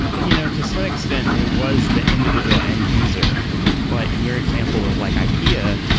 you know to some extent, it was the individual end-user. but in your example of like ikea,